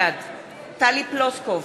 בעד טלי פלוסקוב,